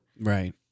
Right